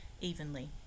evenly